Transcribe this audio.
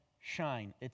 shine